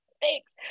Thanks